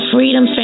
Freedom